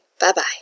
Bye-bye